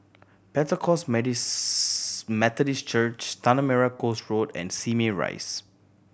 Pentecost Methodist Church Tanah Merah Coast Road and Simei Rise